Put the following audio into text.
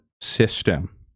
system